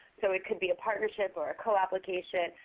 so it could be a partnership or a co-application.